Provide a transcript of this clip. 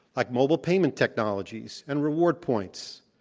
like mobile payment technologies and reward points.